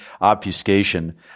obfuscation